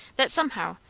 that somehow,